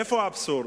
איפה האבסורד,